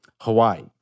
Hawaii